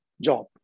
job